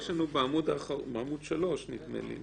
יש לנו בעמוד 3 נדמה לי.